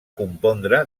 compondre